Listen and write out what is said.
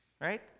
Right